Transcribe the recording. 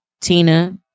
Tina